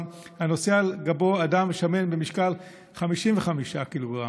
הנושא על גבו אדם שמן במשקל 55 קילוגרם,